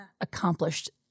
accomplished